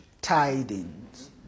tidings